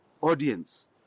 audience